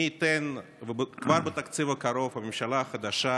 מי ייתן וכבר בתקציב הקרוב הממשלה החדשה